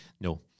No